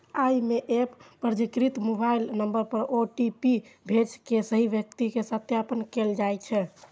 अय मे एप पंजीकृत मोबाइल नंबर पर ओ.टी.पी भेज के सही व्यक्ति के सत्यापन कैल जाइ छै